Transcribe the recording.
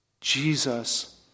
Jesus